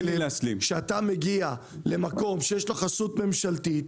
כשאתה מגיע למקום שיש לו חסות ממשלתית,